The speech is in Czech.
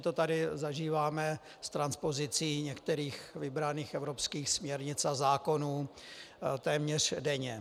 My to tady zažíváme z transpozicí některých liberálních evropských směrnic a zákonů téměř denně.